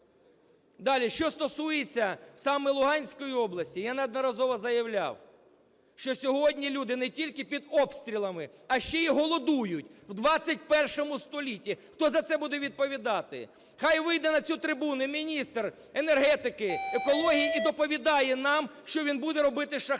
Далі. Що стосується саме Луганської області. Я неодноразово заявляв, що сьогодні люди не тільки під обстрілами, а ще й голодують в ХХІ столітті. Хто за це буде відповідати? Хай вийде на цю трибуну міністр енергетики, екології і доповідає нам, що він буде робити з шахтарями.